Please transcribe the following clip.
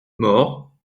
mort